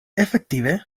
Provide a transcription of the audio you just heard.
efektive